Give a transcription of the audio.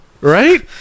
Right